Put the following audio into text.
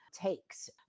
takes